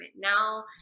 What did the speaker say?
now